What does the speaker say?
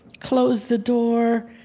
close the door,